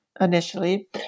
initially